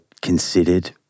considered